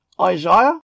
Isaiah